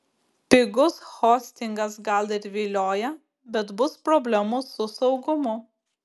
pigus hostingas gal ir vilioja bet bus problemų su saugumu